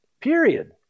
period